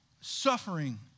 suffering